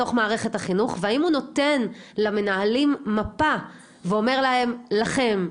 בתוך מערכת החינוך והאם הוא נותן למנהלים מפה ואומר להם 'לכם,